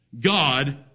God